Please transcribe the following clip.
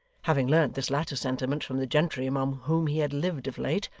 having learnt this latter sentiment from the gentry among whom he had lived of late,